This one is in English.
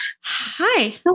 Hi